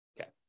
Okay